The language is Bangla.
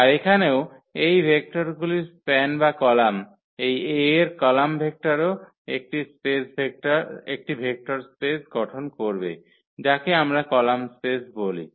আর এখানেও এই ভেক্টরগুলির স্প্যান বা কলাম এই A এর কলাম ভেক্টরও একটি ভেক্টর স্পেস গঠন করবে যাকে আমরা কলাম স্পেস বলি